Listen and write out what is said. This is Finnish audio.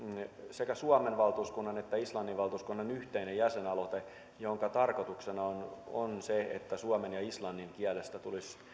sekä suomen valtuuskunnan että islannin valtuuskunnan yhteinen jäsenaloite jonka tarkoituksena on on se että suomen ja islannin kielistä tulisi